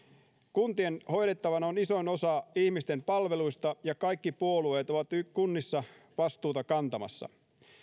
kuntien hoidettavana on isoin osa ihmisten palveluista ja kaikki puolueet ovat kunnissa vastuuta kantamassa